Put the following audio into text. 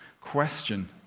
question